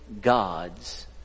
gods